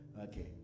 Okay